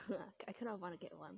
I kind of wanna get one